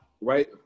Right